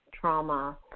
trauma